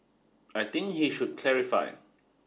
I think he should clarify